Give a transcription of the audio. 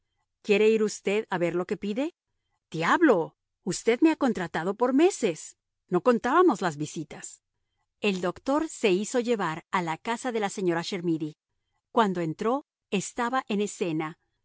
quiere ir usted a ver lo que pide diablo usted me ha contratado por meses no contábamos las visitas el doctor se hizo llevar a casa de la señora chermidy cuando entró estaba en escena